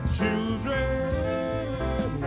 Children